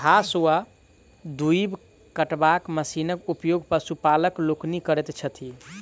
घास वा दूइब कटबाक मशीनक उपयोग पशुपालक लोकनि करैत छथि